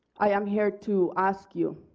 i am here to ask you,